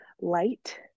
light